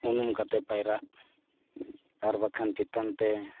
ᱩᱱᱩᱢ ᱠᱟᱛᱮᱫ ᱯᱟᱭᱨᱟᱜ ᱟᱨ ᱵᱟᱝᱠᱷᱟᱱ ᱪᱮᱛᱟᱱ ᱛᱮ